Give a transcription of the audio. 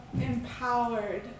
empowered